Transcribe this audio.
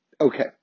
Okay